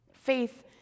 Faith